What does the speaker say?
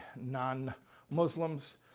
non-Muslims